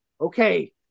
Okay